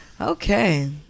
okay